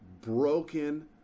broken